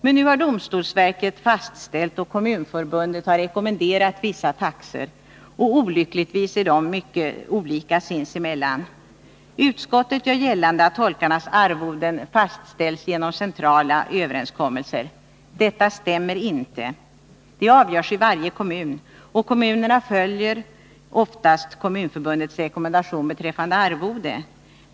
Men nu har domstolsverket fastställt och Kommunförbundet rekommenderat vissa taxor, som olyckligtvis är mycket olika sinsemellan. Utskottet gör gällande att tolkarnas arvoden fastställts genom centrala överenskommelser. Detta stämmer inte. De avgörs i varje kommun. Och kommunerna följer oftast Kommunförbundets rekommendation beträffande arvode.